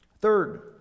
Third